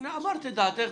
בסדר, אמרת את דעתך.